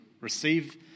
receive